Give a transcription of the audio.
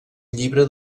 llibre